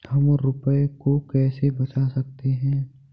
हम रुपये को कैसे बचा सकते हैं?